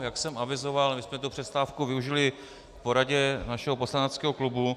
Jak jsem avizoval, my jsme přestávku využili k poradě našeho poslaneckého klubu.